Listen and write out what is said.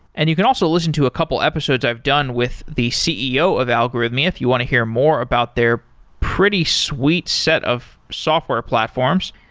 and you can also listen to a couple of episodes i've done with the ceo of algorithmia. if you want to hear more about their pretty sweet set of software platforms,